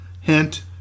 hint